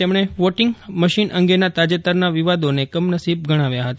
તેમણે voting machine અંગેના તાજેતરના વિવાદોને કમનસીબ ગણાવ્યા છે